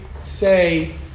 say